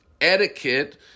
etiquette